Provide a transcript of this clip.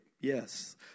Yes